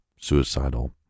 suicidal